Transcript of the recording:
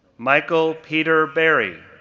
michael peter barry,